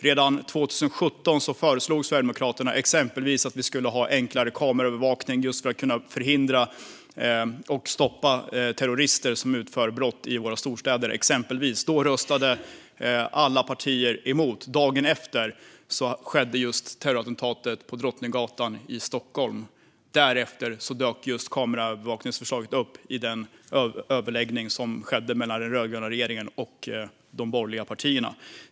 Redan 2017 föreslog Sverigedemokraterna exempelvis att det skulle bli enklare att använda kameraövervakning för att kunna förhindra och stoppa terrorister som utför brott i storstäderna. Detta röstade alla partier emot. Dagen efter skedde terrorattentatet på Drottninggatan i Stockholm. Därefter dök förslaget om kameraövervakning upp i den överläggning som skedde mellan den rödgröna regeringen och de borgerliga partierna.